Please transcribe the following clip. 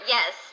Yes